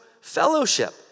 fellowship